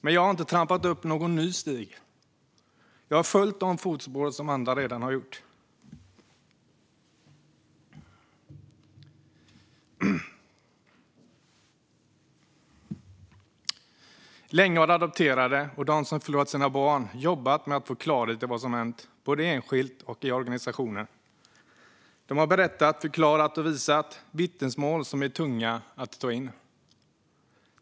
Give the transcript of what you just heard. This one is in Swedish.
Men jag har inte trampat upp någon ny stig, utan jag har följt de fotspår som andra redan har trampat upp. Länge har adopterade och de som förlorat sina barn jobbat med att få klarhet i vad som har hänt, både enskilt och i organisationer. De har berättat, förklarat och visat. Vittnesmålen är tunga att ta in.